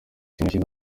yashyize